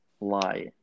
lie